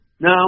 No